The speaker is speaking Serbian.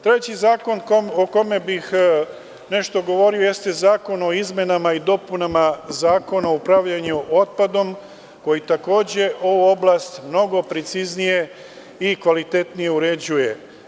Treći zakon o kome bih nešto govorio jeste Zakon o izmenama i dopunama Zakona o otklanjanju otpada koji takođe ovu oblast mnogo preciznije i kvalitetnije uređuje.